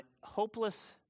hopeless